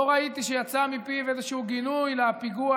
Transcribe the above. לא ראיתי שיצא מפיו איזשהו גינוי לפיגוע